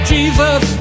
Jesus